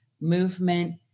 movement